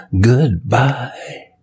Goodbye